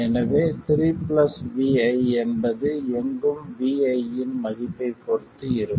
எனவே 3 vi என்பது எங்கும் vi இன் மதிப்பைப் பொறுத்து இருக்கும்